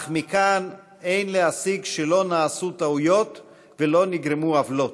אך מכאן אין להסיק שלא נעשו טעויות ולא נגרמו עוולות.